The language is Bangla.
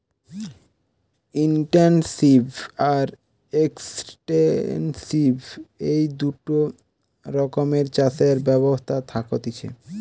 ইনটেনসিভ আর এক্সটেন্সিভ এই দুটা রকমের চাষের ব্যবস্থা থাকতিছে